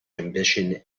ambition